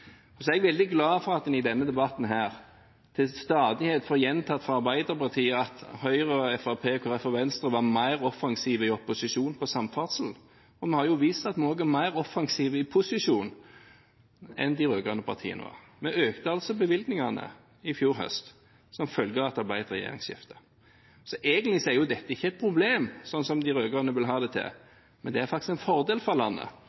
er også veldig glad for at man i denne debatten til stadighet får gjentatt fra Arbeiderpartiet at Høyre, Fremskrittspartiet, Kristelig Folkeparti og Venstre var mer offensive på samferdsel i opposisjon. Vi har vist at vi også er mer offensive i posisjon enn de rød-grønne partiene var – vi økte bevilgningene i fjor høst som følge av at det ble et regjeringsskifte. Så egentlig er ikke dette et problem, sånn som de rød-grønne vil ha det til. Det er faktisk en fordel for landet.